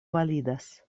validas